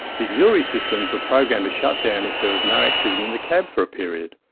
the auxiliary systems were programmed to shut down if there was no activity in the cab for a period.